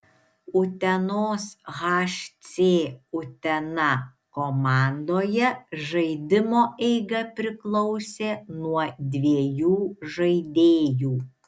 utenos hc utena komandoje žaidimo eiga priklausė nuo dviejų žaidėjų